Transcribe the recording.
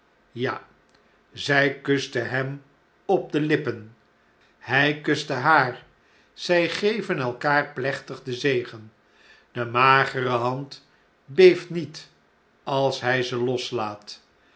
ja zij kust hem op de lippen hij kust haar zjj geven elkaar plechtig den zegen de magere hand beeft niet als hjj ze loslaat